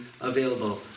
available